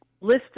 list